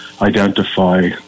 identify